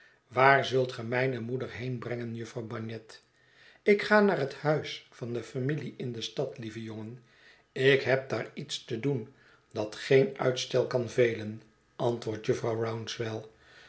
waar zult ge mijne moeder heen brengen jufvrouw bagnet ik ga naar het huis van de familie in de stad lieve jongen ik heb daar iets te doen dat geen uitstel kan velen antwoordt jufvrouw rouncewell